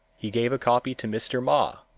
he gave a copy to mr. ma,